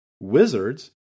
Wizards